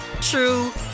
true